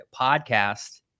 podcast